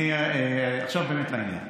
עכשיו באמת לעניין.